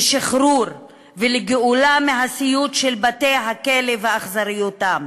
לשחרור ולגאולה מהסיוט של בתי-הכלא ואכזריותם.